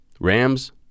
Rams